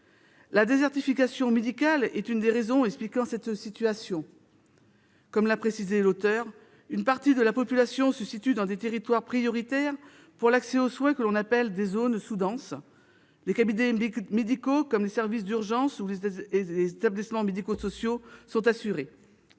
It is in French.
La désertification médicale est l'une des raisons expliquant cette situation. Comme l'a précisé l'auteur de ce texte, une partie « de la population se situe dans des territoires prioritaires pour l'accès aux soins que l'on appelle des zones sous-denses. Les cabinets médicaux comme les services d'urgence ou les établissements médico-sociaux, sont saturés.